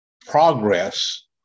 progress